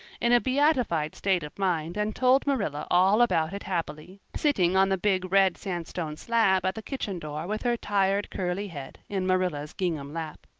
in a beatified state of mind and told marilla all about it happily, sitting on the big red-sandstone slab at the kitchen door with her tired curly head in marilla's gingham lap.